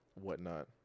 whatnot